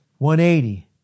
180